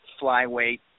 flyweight